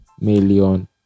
million